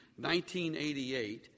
1988